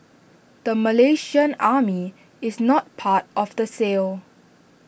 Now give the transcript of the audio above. the Malaysian army is not part of the sale